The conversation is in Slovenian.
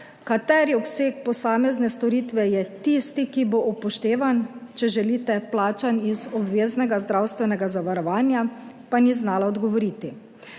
kateri obseg posamezne storitve je tisti, ki bo upoštevan, če želite, plačan iz obveznega zdravstvenega zavarovanja, pa ni znala odgovoriti.